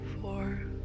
four